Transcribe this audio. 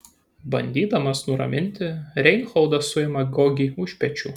bandydamas nuraminti reinholdas suima gogį už pečių